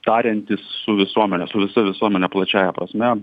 tariantis su visuomene su visa visuomene plačiąja prasme